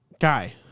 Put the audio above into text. guy